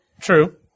True